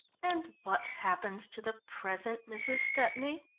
and what happens to the present mrs. stepney?